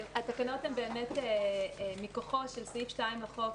התקנות הן מכוחו של סעיף 2 לחוק,